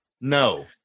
No